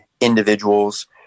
individuals